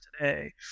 today